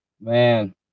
man